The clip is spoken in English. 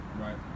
Right